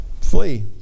flee